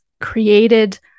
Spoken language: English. created